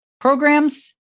programs